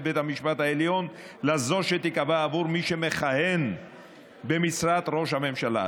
בית המשפט העליון לזו שתיקבע עבור מי שמכהן במשרת ראש הממשלה.